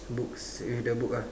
books with the book ah